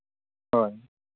ᱦᱳᱭ